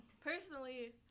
personally